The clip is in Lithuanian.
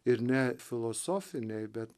ir ne filosofiniai bet